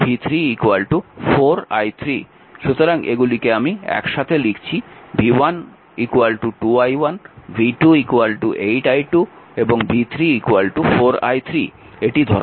সুতরাং এগুলিকে আমি একসাথে লিখছি v1 2 i1 v2 8 i2 এবং v3 4 i3